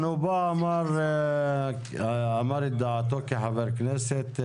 הוא פה אמר את דעתו כחבר כנסת,